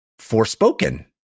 Forspoken